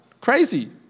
Crazy